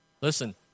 Listen